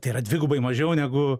tai yra dvigubai mažiau negu